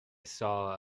saw